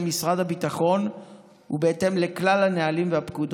משרד הביטחון ובהתאם לכל הנהלים והפקודות.